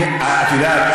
את יודעת,